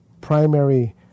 primary